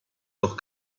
doch